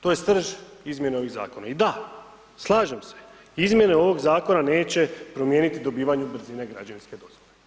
To je srž izmjena ovih zakona i da, slažem se, izmjene ovog zakona neće promijeniti dobivanju brzine građevinske dozvole.